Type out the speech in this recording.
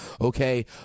okay